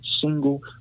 single